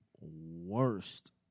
worst